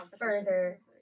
further